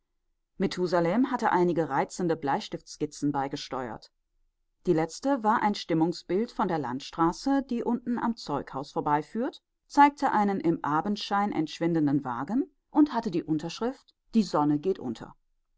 methusalem hatte einige reizende bleistiftskizzen beigesteuert die letzte war ein stimmungsbild von der landstraße die unten am zeughaus vorbeiführt zeigte einen im abendschein entschwindenden wagen und hatte die unterschrift die sonne geht unter